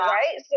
right